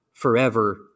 forever